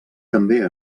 també